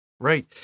Right